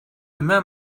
immer